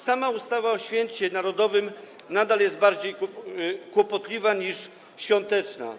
Sama ustawa o święcie narodowym nadal jest bardziej kłopotliwa niż świąteczna.